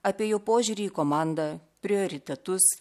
apie jo požiūrį į komandą prioritetus